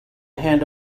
hand